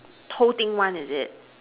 whole thing one is it